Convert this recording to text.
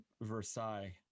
Versailles